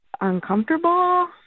uncomfortable